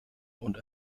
und